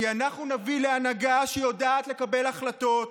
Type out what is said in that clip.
כי אנחנו נביא להנהגה שיודעת לקבל החלטות,